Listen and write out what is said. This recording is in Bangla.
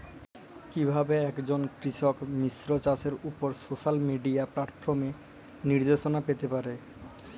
কিভাবে একজন কৃষক মিশ্র চাষের উপর সোশ্যাল মিডিয়া প্ল্যাটফর্মে নির্দেশনা পেতে পারে?